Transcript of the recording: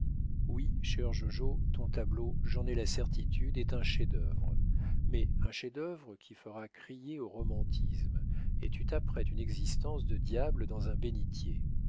oui cher jojo ton tableau j'en ai la certitude est un chef-d'œuvre mais un chef-d'œuvre qui fera crier au romantisme et tu t'apprêtes une existence de diable dans un bénitier